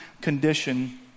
condition